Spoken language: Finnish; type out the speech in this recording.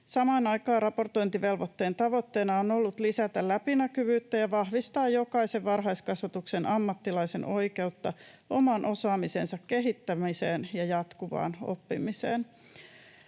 Samaan aikaan raportointivelvoitteen tavoitteena on ollut lisätä läpinäkyvyyttä ja vahvistaa jokaisen varhaiskasvatuksen ammattilaisen oikeutta oman osaamisensa kehittämiseen ja jatkuvaan oppimiseen.